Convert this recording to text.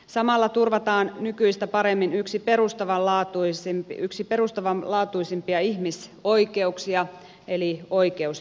samalla turvataan nykyistä paremmin yksi perustavanlaatuisimpia ihmisoikeuksia eli oikeus terveyteen